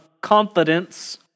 confidence